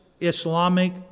Islamic